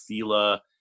Fila